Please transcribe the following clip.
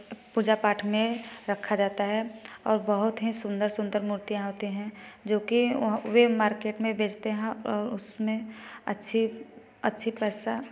पूजा पाठ में रखा जाता है और बहुत ही सुंदर सुंदर मूर्तियाँ होती है जो कि वह वे मार्केट में बेचते हा और उसमें अच्छी अच्छी पैसा